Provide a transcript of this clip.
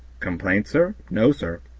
complaint, sir? no, sir.